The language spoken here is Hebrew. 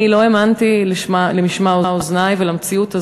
אני לא האמנתי למשמע אוזני ולמציאות הזאת,